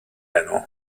heno